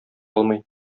алмый